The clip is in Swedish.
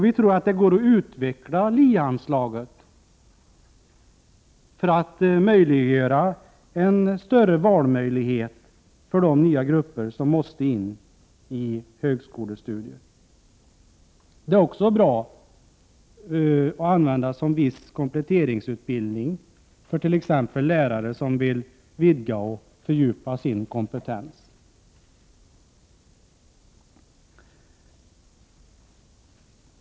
Vi tror att det går att uveckla linjeanslaget för att möjliggöra en större valfrihet för de nya grupper som måste in i högskolestudier. Det är också bra att använda linjeanslaget som viss kompletteringsutbildning för t.ex. lärare som vill vidga och fördjupa sin kompetens. Fru talman!